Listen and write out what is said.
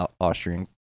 Austrian